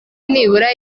nibura